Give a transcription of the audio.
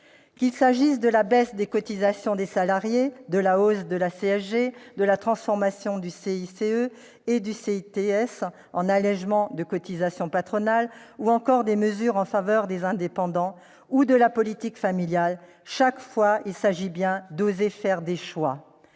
Qu'il s'agisse de la baisse des cotisations des salariés, de la hausse de la CSG, de la transformation du CICE et du CITS en allégements de cotisations patronales, des mesures en faveur des indépendants ou de la politique familiale, il s'agit bien, chaque fois, d'oser faire des choix